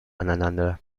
aneinander